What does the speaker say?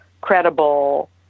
credible